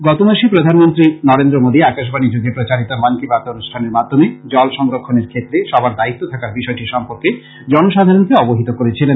গতমাসে প্রধানমন্ত্রী নরেন্দ্র মোদী আকাশবানী যোগে প্রচারিত মন কি বাত অনুষ্ঠানের মাধ্যমে জল সংরক্ষণের ক্ষেত্রে সবার দায়িত্ব থাকার বিষয়টি সম্পর্কে জনসাধারণকে অবহিত করেছিলেন